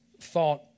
thought